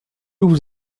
vous